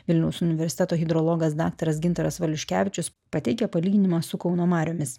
vilniaus universiteto hidrologas daktaras gintaras valiuškevičius pateikia palyginimą su kauno mariomis